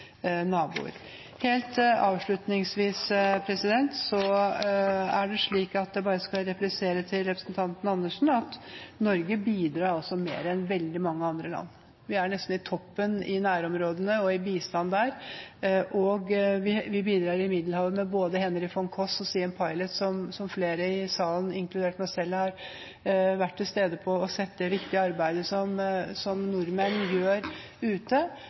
nesten i toppen i nærområdene og i bistand der, og vi bidrar i Middelhavet med både «Peter Henry von Koss» og «Siem Pilot», som flere i salen, inkludert meg selv, har vært til stede på og sett det viktige arbeidet som nordmenn gjør ute.